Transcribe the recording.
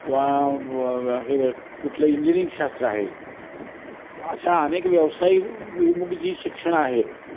किंवा हे कुठलं इंजिनरिंग शास्त्र आहे अशा अनेक व्यवसायाभिमुख जी शिक्षणं आहेत